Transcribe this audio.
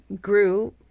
grew